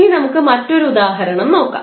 ഇനി നമുക്ക് മറ്റൊരു ഉദാഹരണം നോക്കാം